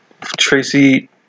Tracy